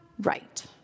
right